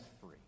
free